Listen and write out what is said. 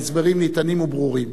ההסברים ניתנים וברורים.